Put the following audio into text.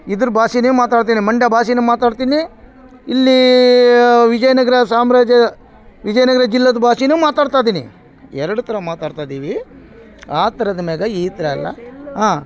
ಇದ್ರ ಭಾಷೆನೇ ಮಾತಾಡ್ತೀನಿ ಮಂಡ್ಯ ಭಾಷೆನೇ ಮಾತಾಡ್ತೀನಿ ಇಲ್ಲೀ ವಿಜಯನಗರ ಸಾಮ್ರಾಜ್ಯ ವಿಜಯನಗರ ಜಿಲ್ಲೆದು ಭಾಷೆನು ಮಾತಾಡ್ತ ಇದೀನಿ ಎರಡು ಥರ ಮಾತಾಡ್ತದೀವಿ ಆ ಥರದ್ ಮ್ಯಾಗೆ ಈ ಥರ ಅಲ್ಲ ಹಾಂ